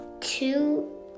two